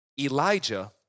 Elijah